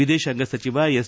ವಿದೇಶಾಂಗ ಸಚಿವ ಎಸ್